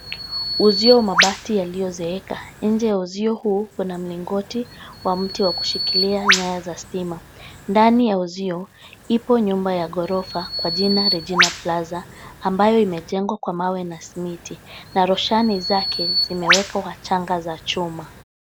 Uzio wa mabati yaliyozeeka. Nje ya uzio huu kuna mlingoti wa mti wa kushikilia nyaya za stima. Ndani ya uzio, ipo nyumba ya ghorofa kwa jina REGINA PLAZA ambayo imejengwa kwa mawe na simiti na roshani zake zimewekwa wachanga za chuma.